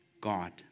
God